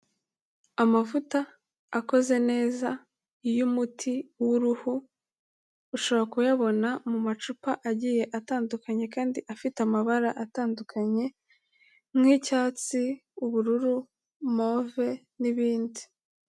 Amavuta akoze neza y'umuti w'uruhu, ushobora kuyabona mu macupa agiye atandukanye kandi afite amabara atandukanye: nk'icyatsi, ubururu, move n'ibindi